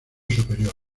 superior